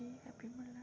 थंय हॅपी म्हणा